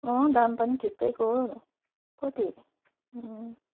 अँ दाम पनि ठिक्कैको कति